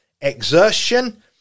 exertion